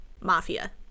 mafia